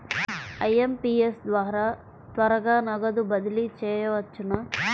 IMPS ద్వారా త్వరగా నగదు బదిలీ చేయవచ్చునా?